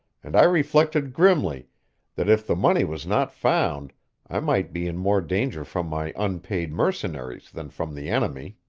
and i reflected grimly that if the money was not found i might be in more danger from my unpaid mercenaries than from the enemy.